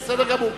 בסדר גמור.